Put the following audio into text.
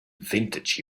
vintage